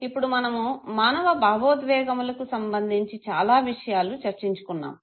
ఇప్పుడు మనము మానవ భావోద్వేగములకు సంబంధించి చాలా విషయాలు చర్చించుకున్నాము